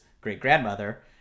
great-grandmother